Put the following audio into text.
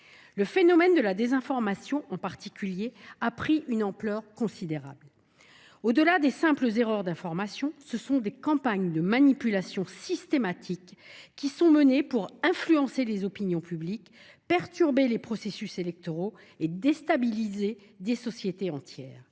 Le phénomène de la désinformation a pris une ampleur considérable. Au delà des simples erreurs d’information, des campagnes de manipulation sont systématiquement menées pour influencer les opinions publiques, perturber les processus électoraux et déstabiliser des sociétés entières.